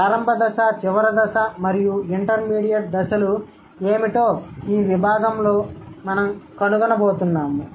ప్రారంభ దశ చివరి దశ మరియు ఇంటర్మీడియట్ దశలు ఏమిటో ఈ విభాగం లో మేము కనుగొనబోతున్నాము